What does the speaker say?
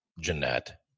Jeanette